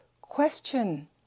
question